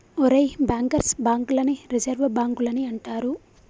ఒరేయ్ bankers bank లని reserve బాంకులని అంటారు